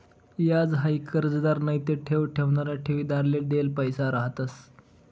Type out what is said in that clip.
याज हाई कर्जदार नैते ठेव ठेवणारा ठेवीदारले देल पैसा रहातंस